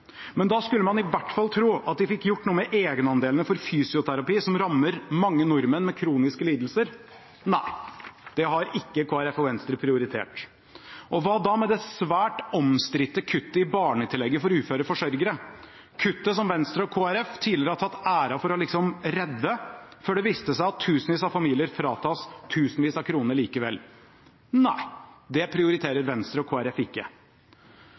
Men da skulle man i hvert fall tro at de fikk gjort noe med egenandelene for fysioterapi, som rammer mange nordmenn med kroniske lidelser. Nei, det har ikke Venstre og Kristelig Folkeparti prioritert. Hva da med det svært omstridte kuttet i barnetillegget for uføre forsørgere – kuttet som Venstre og Kristelig Folkeparti tidligere har tatt æren for å «redde», før det viste seg at tusenvis av familier fratas tusenvis av kroner likevel? Nei, det prioriterer Venstre og Kristelig Folkeparti ikke.